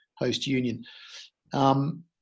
Post-union